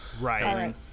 Right